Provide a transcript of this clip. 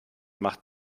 macht